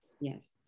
Yes